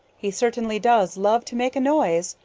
he certainly does love to make a noise,